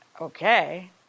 Okay